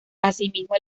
asimismo